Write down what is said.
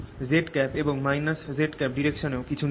z এবং z direction এও কিছু নেই